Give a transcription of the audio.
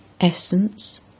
Essence